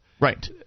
Right